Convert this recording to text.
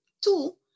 two